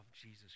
Jesus